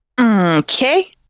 Okay